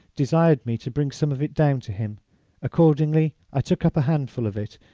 desired me to bring some of it down to him accordingly i took up a handful of it,